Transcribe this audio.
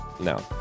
No